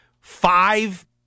Five